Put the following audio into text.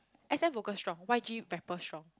S_M vocal strong Y_G rapper strong